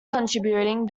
contributing